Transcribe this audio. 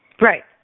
Right